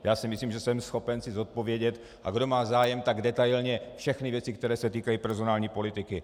Já si myslím, že jsem schopen si zodpovědět, a kdo má zájem, tak detailně, všechny věci, které se týkají personální politiky.